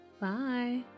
Bye